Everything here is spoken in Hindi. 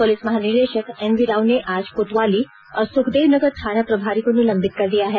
पुलिस महानिदेशक एमवी राव ने आज कोतवाली और सुखदेवनगर थाना प्रभारी को निलंबित कर दिया है